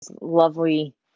lovely